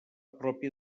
pròpia